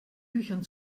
büchern